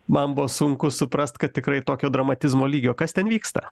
man buvo sunku suprast kad tikrai tokio dramatizmo lygio kas ten vyksta